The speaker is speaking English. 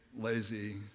lazy